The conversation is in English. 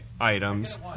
items